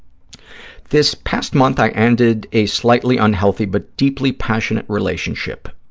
this past month i ended a slightly unhealthy but deeply passionate relationship,